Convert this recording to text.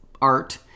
art